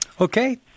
Okay